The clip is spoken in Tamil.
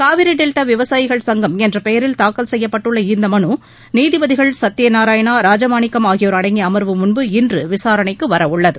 காவிரி டெல்டா விவசாயிகள் சங்கம் என்ற பெயரில் தாக்கல் செய்யப்பட்டுள்ள இந்த மனு நீதிபதிகள் சத்தியநாராயணா ராஜமாணிக்கம் ஆகியோர் அடங்கிய அமர்வு முன்பு இன்று விசாரணைக்கு வரவுள்ளது